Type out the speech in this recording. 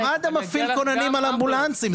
וגם מד"א מפעיל כוננים על אמבולנסים,